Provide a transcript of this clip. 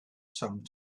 some